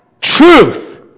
truth